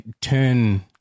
turn